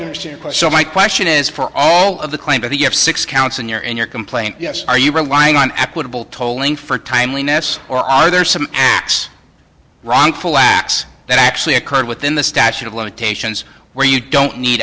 understand why so my question is for all of the claims of the six counts in your in your complaint yes are you relying on equitable tolling for timely ness or are there some acts wrongful acts that actually occurred within the statute of limitations where you don't need